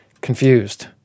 confused